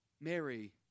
Mary